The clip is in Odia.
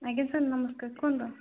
ଆଜ୍ଞା ସାର୍ ନମସ୍କାର କୁହନ୍ତୁ